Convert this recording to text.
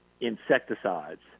insecticides